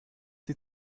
sie